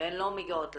ולא מגיעות לוועדה.